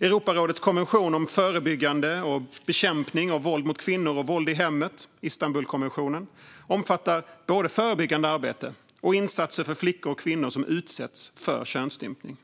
Europarådets konvention om förebyggande och bekämpning av våld mot kvinnor och våld i hemmet, Istanbulkonventionen, omfattar både förebyggande arbete och insatser för flickor och kvinnor som utsatts för könsstympning.